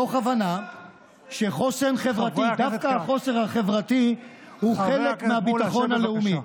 מתוך הבנה שדווקא החוסן החברתי הוא חלק מהביטחון הלאומי.